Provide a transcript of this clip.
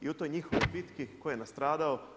I u toj njihovoj bitki, tko je nastradao?